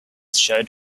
showed